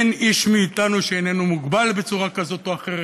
אין איש מאתנו שאיננו מוגבל בצורה כזאת או אחרת,